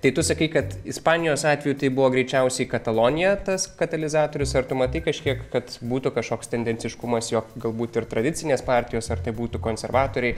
tai tu sakai kad ispanijos atveju tai buvo greičiausiai katalonija tas katalizatorius ar tu matai kažkiek kad būtų kažkoks tendenciškumas jog galbūt ir tradicinės partijos ar tai būtų konservatoriai